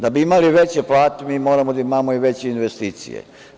Da bi imali veće plate, mi moramo da imamo i veće investicije.